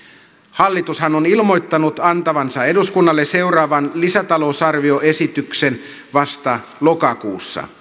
hallitushan on ilmoittanut antavansa eduskunnalle seuraavan lisätalousarvioesityksen vasta lokakuussa